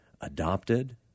adopted